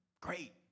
Great